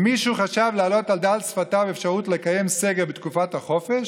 אם מישהו חשב להעלות על דל שפתיו אפשרות לקיים סגר בתקופת החופש,